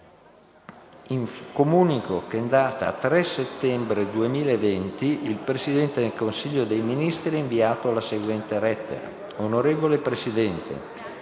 Comunico che, in data 3 settembre 2020, il Presidente del Consiglio dei ministri ha inviato la seguente lettera: «Onorevole Presidente,